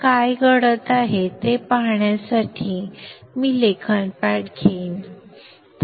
तर काय घडत आहे ते पाहण्यासाठी मी लेखन पॅड घेऊ